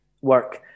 work